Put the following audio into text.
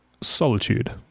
solitude